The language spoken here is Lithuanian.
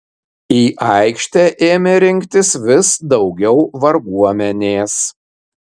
į aikštę ėmė rinktis vis daugiau varguomenės